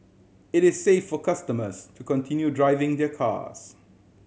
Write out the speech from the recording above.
it is safe for customers to continue driving their cars